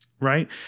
right